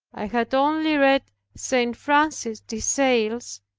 i had only read st. francis de sales,